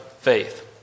faith